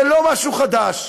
זה לא משהו חדש,